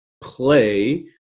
play